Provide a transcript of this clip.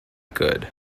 good